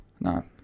No